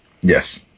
Yes